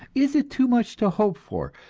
is it too much to hope for,